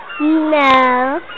No